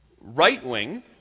right-wing